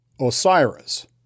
Osiris